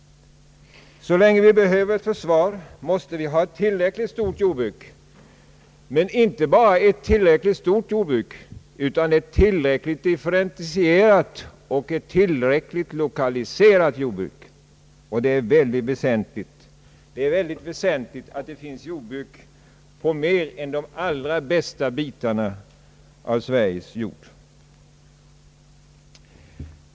Så länge vi behöver ett försvar måste vi ha ett tillräckligt stort jordbruk, men inte bara ett tillräckligt stort utan ett tillräckligt differentierat och ett tillräckligt lokaliserat jordbruk. Det är ytterst väsentligt att det finns jordbruk på mer än de allra bästa bitarna av Sveriges jord.